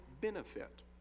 benefit